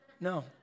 no